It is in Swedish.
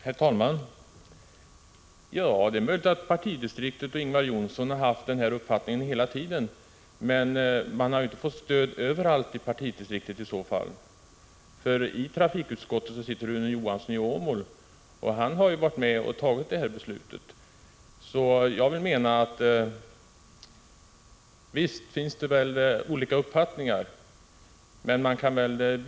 Herr talman! Det är möjligt att partidistriktet och Ingvar Johnsson har haft den här uppfattningen hela tiden, men ni har i så fall inte haft stöd från alla i partidistriktet. I trafikutskottet sitter ju Rune Johansson från Åmål, och han har varit med om att fatta det här beslutet. Det finns alltså olika uppfattningar.